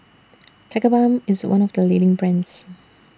Tigerbalm IS one of The leading brands